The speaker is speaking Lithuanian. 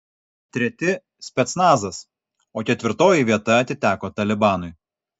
treti specnazas o ketvirtoji vieta atiteko talibanui